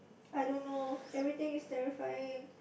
I don't know everything is terrifying